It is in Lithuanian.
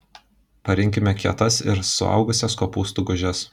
parinkime kietas ir suaugusias kopūstų gūžes